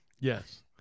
Yes